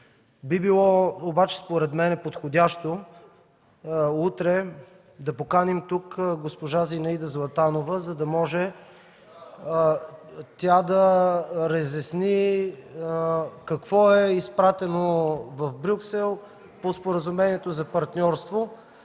Би било обаче, според мен подходящо утре да поканим тук госпожа Зинаида Златанова (реплики от ГЕРБ: "Браво!"), за да може да разясни какво е изпратено в Брюксел по споразумението за партньорство